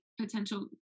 potential